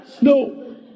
No